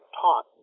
taught